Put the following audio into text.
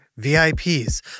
VIPs